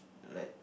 like